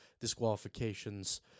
disqualifications